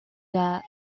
that